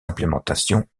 implémentations